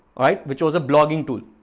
all right, which was a blogging tool?